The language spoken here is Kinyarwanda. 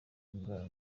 ndwara